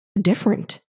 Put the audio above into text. different